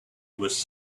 was